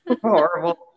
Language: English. Horrible